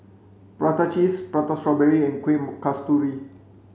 prata cheese prata strawberry and Kuih Kasturi